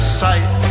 sight